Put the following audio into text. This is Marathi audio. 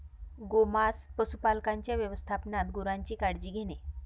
गोमांस पशुपालकांच्या व्यवस्थापनात गुरांची काळजी घेणे